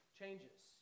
changes